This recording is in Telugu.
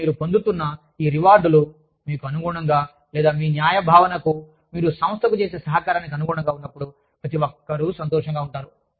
మరియు మీరు పొందుతున్న ఈ రివార్డులు మీకు అనుగుణంగా లేదా మీ న్యాయ భావనకు మీరు సంస్థకు చేసే సహకారానికి అనుగుణంగా ఉన్నప్పుడు ప్రతి ఒక్కరూ సంతోషంగా ఉంటారు